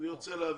אני רוצה להבין.